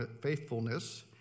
faithfulness